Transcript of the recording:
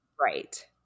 Right